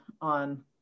on